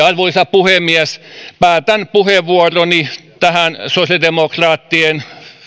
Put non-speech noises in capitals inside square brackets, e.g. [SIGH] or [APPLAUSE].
[UNINTELLIGIBLE] arvoisa puhemies päätän puheenvuoroni sosiaalidemokraattien